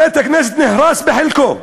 בית-הכנסת נהרס בחלקו.